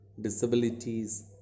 disabilities